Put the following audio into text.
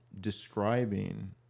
describing